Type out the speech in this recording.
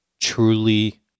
truly